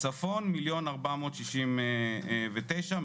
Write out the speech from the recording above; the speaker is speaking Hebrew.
צפון 1,469,000,